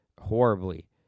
horribly